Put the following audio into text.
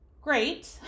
great